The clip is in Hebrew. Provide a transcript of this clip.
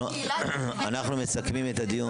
אנחנו מסכמים את הדיון.